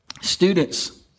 Students